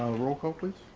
roll call, please.